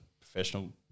professional